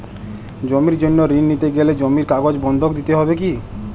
জমির জন্য ঋন নিতে গেলে জমির কাগজ বন্ধক দিতে হবে কি?